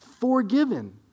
forgiven